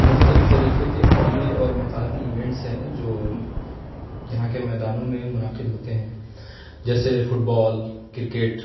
مختلف طریقے کے قومی اور مقامی ایمنٹس ہیں جو یہاں کے میدانوں میں منعقد ہوتے ہیں جیسے فٹبال کرکٹ